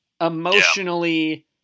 Emotionally